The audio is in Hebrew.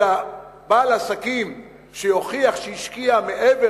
אלא בעל עסקים שיוכיח שהשקיע מעבר